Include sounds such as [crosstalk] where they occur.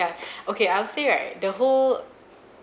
yeah [breath] okay I'll say right the whole